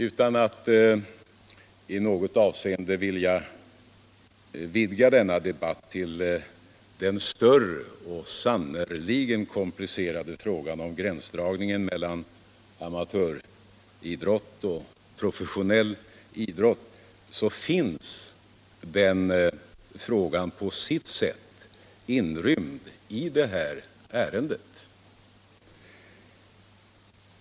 Utan att i något avseende vidga denna debatt till den större och sannerligen komplicerade frågan om gränsdragningen mellan amatöridrott och professionell idrott så finns den frågan på sitt sätt inrymd i det här ärendet.